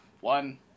one